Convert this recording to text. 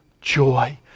joy